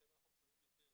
בגללכם אנחנו משלמים יותר.